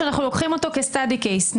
שאנחנו לוקחים אותו כסטדי קייס.